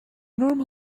normal